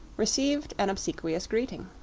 received an obsequious greeting.